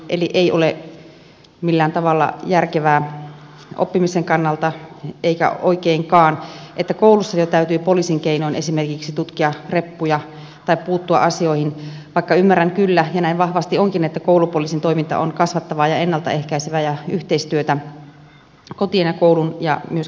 eli ei ole millään tavalla järkevää oppimisen kannalta eikä oikeinkaan että koulussa jo täytyy poliisin keinoin esimerkiksi tutkia reppuja tai puuttua asioihin vaikka ymmärrän kyllä ja näin vahvasti onkin että koulupoliisin toiminta on kasvattavaa ja ennalta ehkäisevää ja yhteistyötä kotien ja koulun ja myöskin siis poliisin välillä